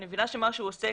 אני מבינה שהוא עוסק